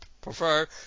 prefer